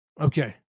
Okay